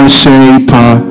shaper